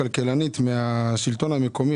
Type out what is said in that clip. הכלכלנית מהשלטון המקומי,